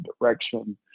direction